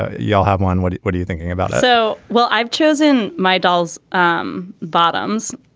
ah you'll have one what what are you thinking about so well i've chosen my dolls um bottoms.